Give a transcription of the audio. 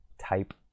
type